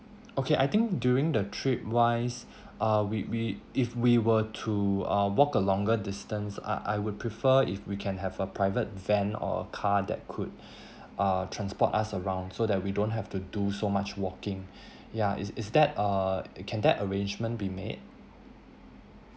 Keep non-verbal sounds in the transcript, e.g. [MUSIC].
okay I think during the trip wise uh we we if we were to uh walk a longer distance I I would prefer if we can have a private van or car that could [BREATH] uh transport us around so that we don't have to do so much walking [BREATH] ya is is that uh can that arrangement be made